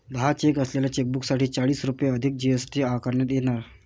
दहा चेक असलेल्या चेकबुकसाठी चाळीस रुपये अधिक जी.एस.टी आकारण्यात येणार